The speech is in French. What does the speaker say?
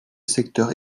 secteurs